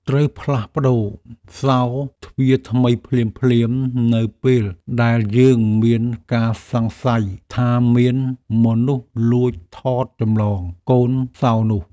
ត្រូវផ្លាស់ប្តូរសោរទ្វារថ្មីភ្លាមៗនៅពេលដែលយើងមានការសង្ស័យថាមានមនុស្សលួចថតចម្លងកូនសោរនោះ។